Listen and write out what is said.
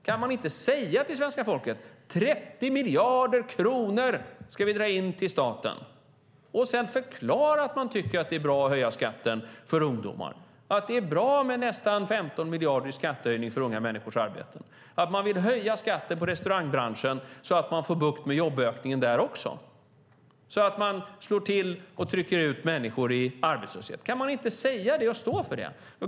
Kan ni inte säga till svenska folket att ni ska dra in 30 miljarder kronor till staten? Kan ni inte förklara att ni tycker att det är bra att höja skatten för ungdomar, att det är bra med nästan 15 miljarder i skattehöjning på unga människors arbete? Kan ni inte säga att ni vill höja skatten i restaurangbranschen så att ni får bukt med jobbökningen där och slår till och trycker ut människor i arbetslöshet? Kan ni inte säga det och stå för det?